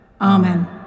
Amen